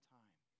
time